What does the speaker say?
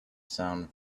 sound